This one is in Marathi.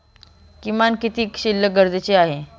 किमान किती शिल्लक गरजेची आहे?